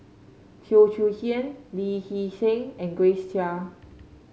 Teo Chee Hean Lee Hee Seng and Grace Chia